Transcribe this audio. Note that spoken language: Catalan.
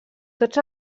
tots